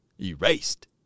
erased